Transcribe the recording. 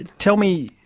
tell me,